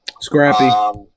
scrappy